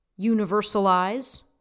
universalize